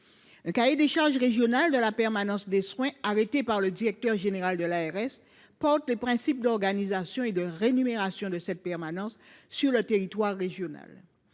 Un cahier des charges régional de la permanence des soins, arrêté par le directeur général de l’ARS, porte les principes d’organisation et de rémunération de cette permanence sur le territoire régional.